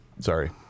Sorry